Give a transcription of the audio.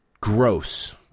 gross